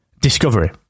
discovery